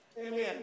Amen